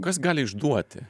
kas gali išduoti